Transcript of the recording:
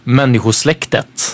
människosläktet